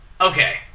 okay